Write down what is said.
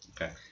Okay